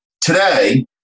today